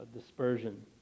dispersion